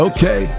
Okay